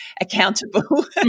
accountable